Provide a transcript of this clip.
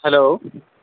hello